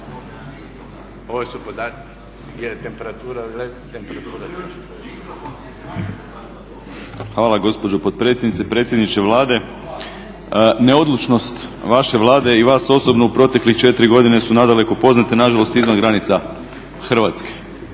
Ivan (HDZ)** Hvala gospođo potpredsjednice, predsjedniče Vlade, neodlučnost vaše Vlade i vas osobno u proteklih 4 godine su nadaleko poznate, nažalost izvan granica Hrvatske.